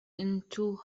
into